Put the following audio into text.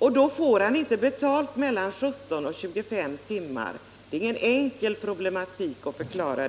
uppdraget, får han inte betalt för tiden mellan 17 och 25 timmar. Det är ingen enkel problematik att förklara.